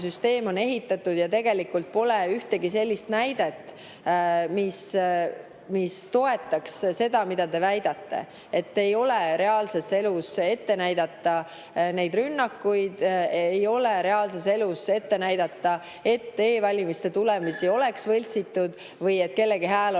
süsteem olemas ja tegelikult pole ühtegi sellist näidet, mis toetaks seda, mida te väidate. Ei ole reaalses elus ette näidata rünnakuid, ei ole reaalses elus ette näidata, et e-valimiste tulemusi oleks võltsitud või et kellegi hääl